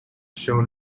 shown